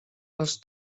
els